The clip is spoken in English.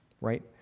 Right